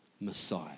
Messiah